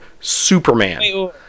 superman